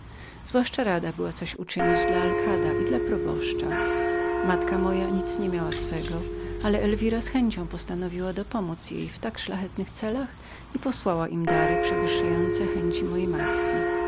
zwłaszcza rada była coś uczynić dla alkada proboszcza matka moja nic nie miała swego ale elwira z chęcią postanowiła dopomódz jej w tak szlachetnych celach i posłała im dary przewyższające chęci mojej matki